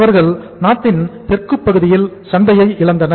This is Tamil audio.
அவர்கள் நாட்டின் தெற்குப் பகுதியில் சந்தையை இழந்தனர்